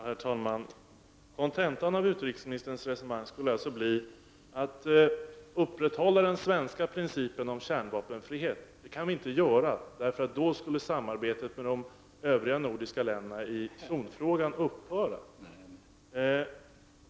Herr talman! Kontentan av utrikesministerns resonemang blir alltså att vi inte kan upprätthålla den svenska principen om kärnvapenfrihet för då skulle samarbetet med de övriga nordiska länderna när det gäller zonfrågan upphöra.